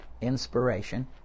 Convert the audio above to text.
inspiration